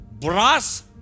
Brass